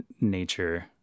nature